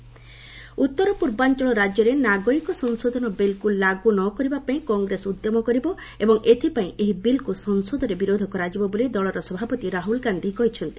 Rahul CAB ଉତ୍ତର ପୂର୍ବାଞ୍ଚଳ ରାଜ୍ୟରେ ନାଗରିକ ସଂଶୋଧନ ବିଲ୍କୁ ଲାଗୁ ନ କରିବା ପାଇଁ କଂଗ୍ରେସ ଉଦ୍ୟମ କରିବ ଏବଂ ଏଥିପାଇଁ ଏହି ବିଲ୍କୁ ସଂସଦରେ ବିରୋଧ କରାଯିବ ବୋଲି ଦଳର ସଭାପତି ରାହୁଳ ଗାନ୍ଧି କହିଛନ୍ତି